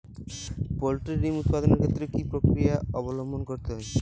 Poultry ডিম উৎপাদনের ক্ষেত্রে কি পক্রিয়া অবলম্বন করতে হয়?